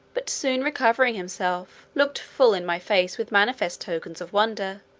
but soon recovering himself, looked full in my face with manifest tokens of wonder